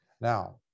Now